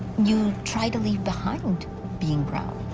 you try to leave behind being brown.